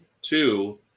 two